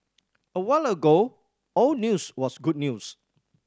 a while ago all news was good news